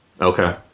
Okay